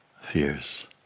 fears